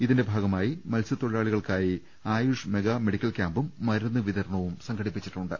ഇതിന്റെ ഭാഗമായി മത്സ്യത്തൊഴിലാളികൾക്കായി ആയുഷ് മെഗാ മെഡിക്കൽ ക്യാമ്പും മരുന്നു വിതരണവും സംഘടിപ്പിച്ചിട്ടുണ്ട്